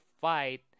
fight